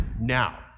now